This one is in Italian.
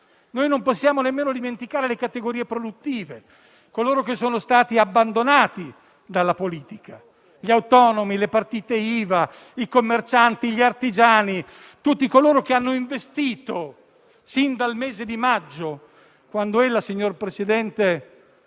Non possiamo nemmeno dimenticare le categorie produttive, coloro che sono stati abbandonati dalla politica: gli autonomi, le partite IVA, i commercianti, gli artigiani, tutti coloro che hanno investito sin dal mese di maggio, quando ella, signor presidente